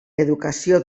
educació